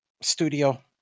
studio